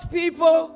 people